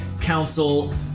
council